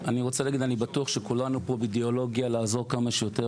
אני בטוח שכולנו פה באידיאולוגיה לעזור כמה שיותר